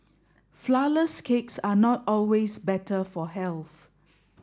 flourless cakes are not always better for health